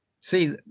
see